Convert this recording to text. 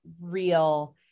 real